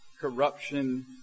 Corruption